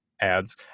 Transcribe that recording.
ads